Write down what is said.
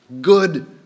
good